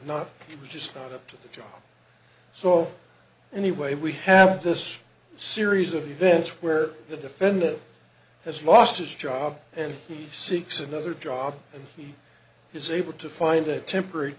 not just not up to the job so anyway we have this series of events where the defendant has lost his job and he seeks another job and he is able to find a temporary